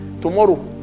tomorrow